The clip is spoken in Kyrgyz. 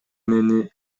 мени